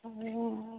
ଆଉ